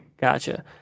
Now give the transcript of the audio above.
Gotcha